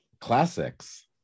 classics